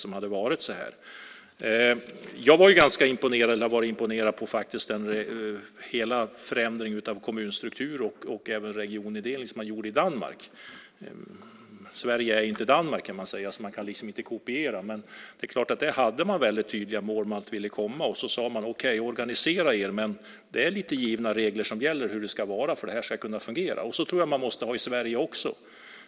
Jag har varit imponerad av hela den förändring av kommunstruktur och regionindelning som man gjorde i Danmark. Sverige är inte Danmark. Man kan inte kopiera. Men där hade man tydliga mål för vart man ville komma. Man sade: Organisera er! Men det är lite givna regler som gäller hur det ska vara för att det ska kunna fungera. Det tror jag man måste ha i Sverige också.